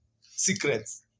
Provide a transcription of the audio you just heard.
secrets